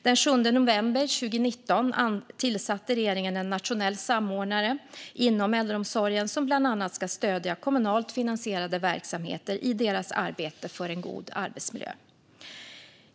Den 7 november 2019 tillsatte regeringen en nationell samordnare inom äldreomsorgen som bland annat ska stödja kommunalt finansierade verksamheter i deras arbete för en god arbetsmiljö.